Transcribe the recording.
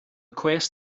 cwest